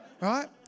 right